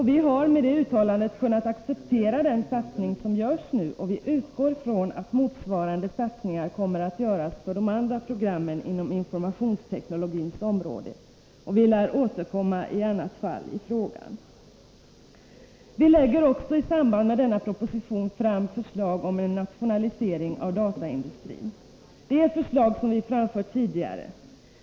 Vi har med det uttalandet kunnat acceptera den satsning som nu görs, och vi utgår från att motsvarande satsningar kommer att göras på de andra programmen inom informationsteknologins område. Vi lär i annat fall återkomma till frågan. Vi lägger i samband med propositionen också fram förslag om en nationalisering av dataindustrin. Det är förslag som vi framfört tidigare.